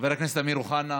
חבר הכנסת אמיר אוחנה.